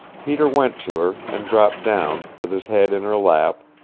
peter went to her, and dropped down, with his head in her lap,